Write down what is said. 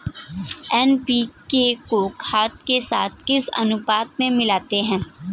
NPK को खाद के साथ किस अनुपात में मिलाते हैं?